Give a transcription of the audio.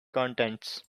contents